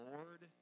Lord